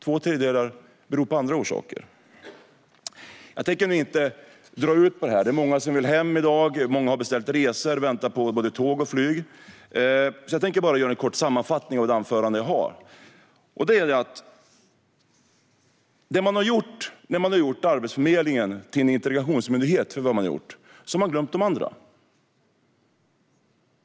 Två tredjedelar har andra orsaker. Jag tänker inte dra ut på mitt anförande. Det är många som vill hem i dag. Många har beställt resor med både tåg och flyg, så jag tänker bara göra en kort sammanfattning av mitt anförande. När man har gjort Arbetsförmedlingen till en integrationsmyndighet, vilket är vad man har gjort, har man glömt de andra.